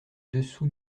dessous